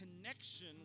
connection